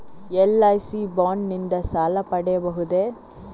LIC bond ನಿಂದ ಸಾಲ ಪಡೆಯಬಹುದೇ?